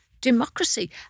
democracy